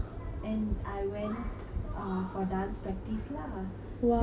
then obviously because I wa~ I didn't want to be kicked out of a competition